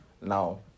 Now